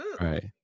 Right